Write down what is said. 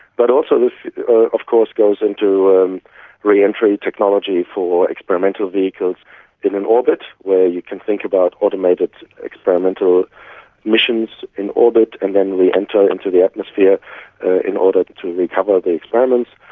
but also this of course goes into re-entry technology for experimental vehicles in an orbit where you can think about automated experimental missions in orbit and then re-enter into the atmosphere in order to recover the experiments.